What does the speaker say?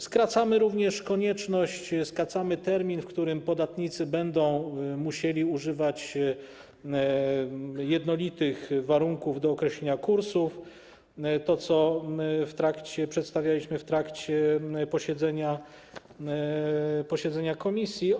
Skracamy również konieczność skracamy termin, w którym podatnicy będą musieli używać jednolitych warunków do określenia kursów, to co przedstawialiśmy w trakcie posiedzenia komisji.